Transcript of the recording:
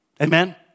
Amen